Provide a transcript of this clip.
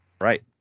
right